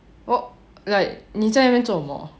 oh like 你在那边做什么